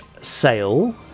sale